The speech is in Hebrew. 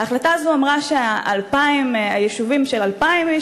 ההחלטה הזאת אמרה שביישובים של 2,000 נפש,